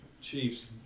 Chiefs